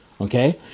Okay